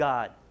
God